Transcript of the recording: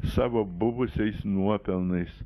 savo buvusiais nuopelnais